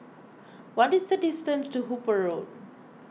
what is the distance to Hooper Road